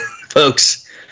Folks